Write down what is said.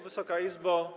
Wysoka Izbo!